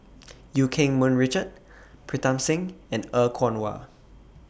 EU Keng Mun Richard Pritam Singh and Er Kwong Wah